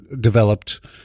developed